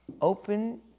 Open